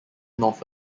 north